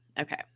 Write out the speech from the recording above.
Okay